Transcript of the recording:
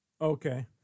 Okay